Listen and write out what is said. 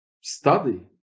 study